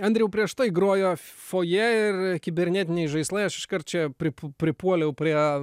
andriau prieš tai grojot fojė ir kibernetiniai žaislai aš iškart čia prip pripuoliau prie